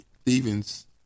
Stevens